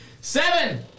Seven